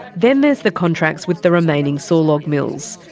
then there's the contracts with the remaining sawlog mills.